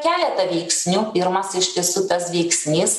keleta veiksniųpirmas iš tiesų tas veiksnys